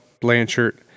Blanchard